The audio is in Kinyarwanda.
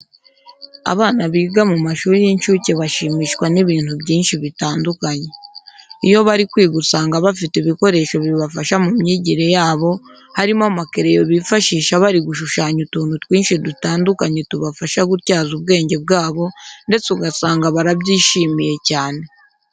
Abana biga mu mashuri y'incuke bashimishwa n'ibintu byinshi bitandukanye. Iyo bari kwiga usanga bafite ibikoresho bibafasha mu myigire yabo harimo amakereyo bifashisha bari gushushanya utuntu twinshi dutandukanye tubafasha gutyaza ubwenge bwabo, ndetse ugasanga barabyishimye cyane.